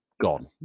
gone